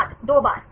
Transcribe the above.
छात्र 2 बार